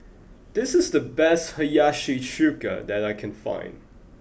this is the best Hiyashi Chuka that I can find